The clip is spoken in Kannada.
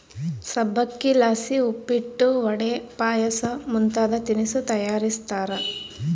ಸಬ್ಬಕ್ಶಿಲಾಸಿ ಉಪ್ಪಿಟ್ಟು, ವಡೆ, ಪಾಯಸ ಮುಂತಾದ ತಿನಿಸು ತಯಾರಿಸ್ತಾರ